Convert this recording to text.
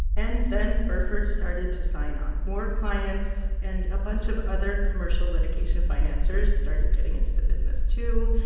and then burford started to sign on more clients, and a bunch of other commercial litigation financers started getting into the business, too.